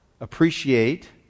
appreciate